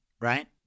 right